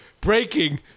breaking